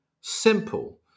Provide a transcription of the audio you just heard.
simple